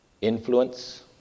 influence